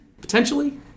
potentially